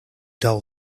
dull